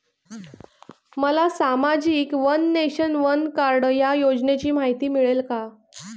मला सामाजिक one nation, one card या योजनेची माहिती मिळेल का?